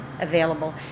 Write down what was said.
available